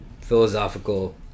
philosophical